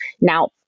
Now